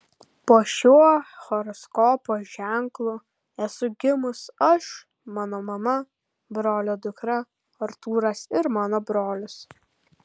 po šiuo horoskopo ženklu esu gimus aš mano mama brolio dukra artūras ir mano brolis